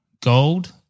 gold